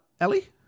Ellie